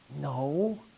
No